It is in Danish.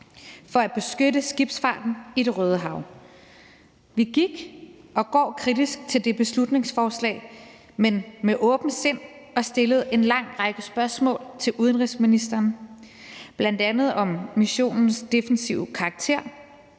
for at beskytte skibsfarten i Det Røde Hav. Vi gik og går kritisk til det beslutningsforslag, men med åbent sind, og vi stillede en lang række spørgsmål til udenrigsministeren, bl.a. om missionens defensive karakter